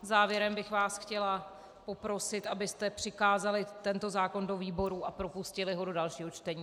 Závěrem bych vás chtěla poprosit, abyste přikázali tento zákon do výboru a propustili ho do dalšího čtení.